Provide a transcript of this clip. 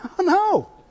No